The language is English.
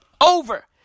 Over